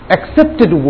Accepted